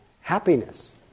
happiness